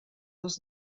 les